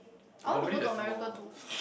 I want to go to America to